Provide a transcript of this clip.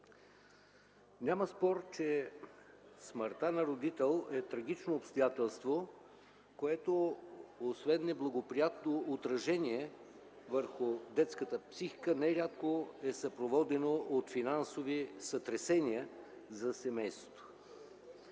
Няма спор, че смъртта на родител е трагично обстоятелство, което освен неблагоприятно отражение върху детската психика нерядко е съпроводено от финансови сътресения за семейството.